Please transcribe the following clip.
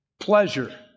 pleasure